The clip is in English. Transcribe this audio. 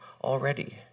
already